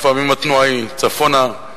לפעמים התנועה היא צפונה,